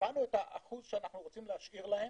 קבענו את האחוז שאנו רוצים להשאיר להם,